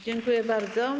Dziękuję bardzo.